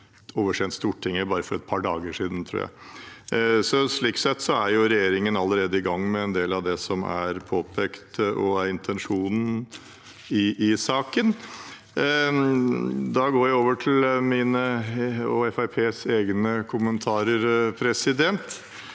oversendt Stortinget for bare et par dager siden. Slik sett er regjeringen allerede i gang med en del av det som er påpekt og er intensjonen i saken. Da går jeg over til mine og Fremskrittspartiets